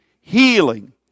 healing